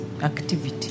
activity